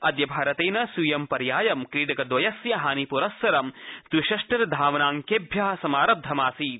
अद्य भारतेन स्वीयं पर्यायं क्रीडकद्वमस्य हानिप्रस्सरं द्विषष्टिर्धावनाकेभ्य समारब्धम् आसीत्